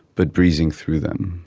but breezing through them,